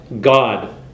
God